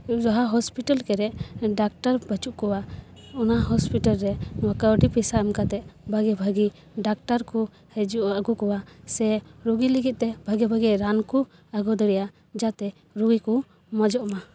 ᱡᱟᱦᱟᱸ ᱦᱚᱥᱯᱤᱴᱟᱞ ᱠᱚᱨᱮᱜ ᱰᱟᱠᱴᱟᱨ ᱵᱟ ᱪᱩᱜ ᱠᱚᱣᱟ ᱚᱱᱟ ᱦᱚᱥᱯᱤᱴᱟᱞ ᱨᱮ ᱱᱚᱣᱟ ᱠᱟᱹᱣᱰᱤ ᱯᱚᱭᱥᱟ ᱮᱢ ᱠᱟᱛᱮ ᱵᱷᱟᱜᱮ ᱵᱷᱟᱜᱮ ᱰᱟᱠᱴᱟᱨ ᱠᱚ ᱦᱤᱡᱩᱜᱼᱟ ᱟᱹᱜᱩ ᱠᱚᱣᱟ ᱥᱮ ᱨᱳᱜᱤ ᱞᱟᱜᱤᱫ ᱛᱮ ᱵᱷᱟᱜᱤ ᱵᱷᱟᱜᱮ ᱨᱟᱱ ᱠᱚ ᱟᱹᱜᱩ ᱫᱟᱲᱮᱭᱟᱜᱼᱟ ᱡᱟᱛᱮ ᱨᱳᱜᱤ ᱠᱚ ᱢᱚᱡᱚᱜ ᱢᱟ